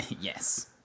Yes